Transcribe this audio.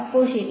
അപ്പൊ ശരി